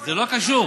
זה קשור.